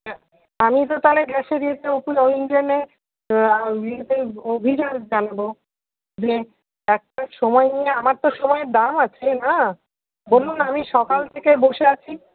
আমি তো তাহলে গ্যাসের ইয়েতে ওই ইন্ডেনে ইয়েতে অভিযোগ জানাবো মানে একটা সময় নিয়ে আমার তো সময়ের দাম আছে না বলুন আমি সকাল থেকে বসে আছি